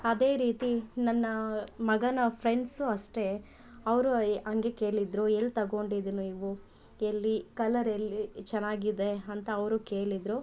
ಅದೇ ರೀತಿ ನನ್ನ ಮಗನ ಫ್ರೆಂಡ್ಸು ಅಷ್ಟೆ ಅವರು ಹಂಗೆ ಕೇಳಿದ್ರು ಎಲ್ಲಿ ತಗೊಂಡಿದ್ದಿ ನೀವು ಎಲ್ಲಿ ಕಲರ್ ಎಲ್ಲಿ ಚೆನ್ನಾಗಿದೆ ಅಂತ ಅವರು ಕೇಳಿದ್ರು